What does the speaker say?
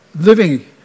living